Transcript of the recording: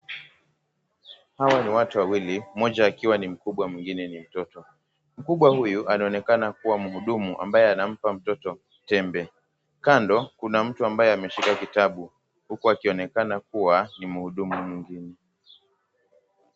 Hawa ni watu wawili mmoja akiwa ni mkubwa mwingine ni mtoto, mkubwa huyu anaonekana kuwa mwuhudumu ambaye anampa mtoto yembe .Kando kuna mtu ameshika kitabu uku anaonekana kuwa mwuhudumu mwingine